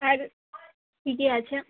আর কী কী আছে